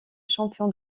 champion